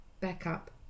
backup